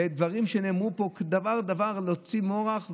דברים שנאמרו פה, דבר-דבר להוציא מורך.